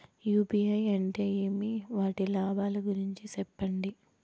UPI అంటే ఏమి? వాటి లాభాల గురించి సెప్పండి?